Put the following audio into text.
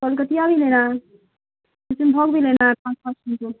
کلکٹیا بھی لینا کم بھوگ بھی لینا کو